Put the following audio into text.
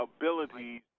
abilities